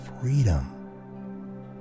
freedom